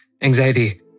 anxiety